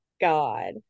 god